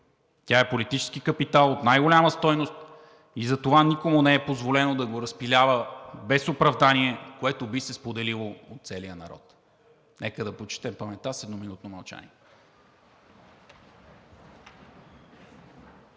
Тя е политически капитал от най-голяма стойност и затова никому не е позволено да го разпилява без оправдание, което би се споделило от целия народ.“ Нека да почетем паметта с едноминутно мълчание.